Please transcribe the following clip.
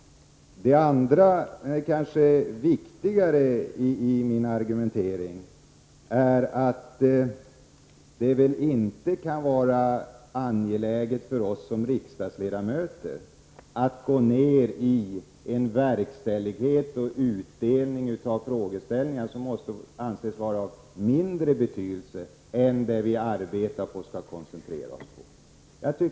Det andra och kanske viktigare i min argumentering är att det väl inte kan vara angeläget för oss som riksdagsledamöter att gå ner i en verkställighet och utdelning av frågeställningar som måste anses vara av mindre betydelse än dem som finns där vi arbetar och som vi skall koncentrera oss på.